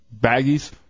baggies